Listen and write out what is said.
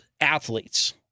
athletes